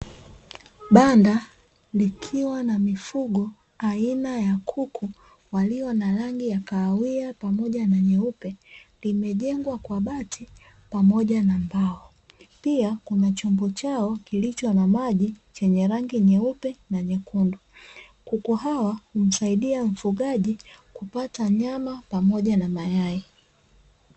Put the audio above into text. Banda likiwa na mifugo aina ya kuku walio na rangi ya kahawia pamoja na nyeupe, limejengwa kwa bati pamoja na mbao pia kuna chombo chao kilicho na maji chenye rangi nyeupe na nyekundu. Kuku hawa humsaidia mfugaji kupata nyama pamoja na mayai.